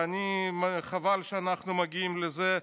חבל שאנחנו מגיעים לזה,